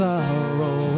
Sorrow